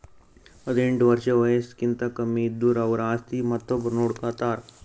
ಹದಿನೆಂಟ್ ವರ್ಷ್ ವಯಸ್ಸ್ಕಿಂತ ಕಮ್ಮಿ ಇದ್ದುರ್ ಅವ್ರ ಆಸ್ತಿ ಮತ್ತೊಬ್ರು ನೋಡ್ಕೋತಾರ್